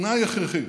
תנאי הכרחי,